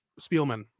Spielman